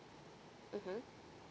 mmhmm